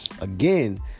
Again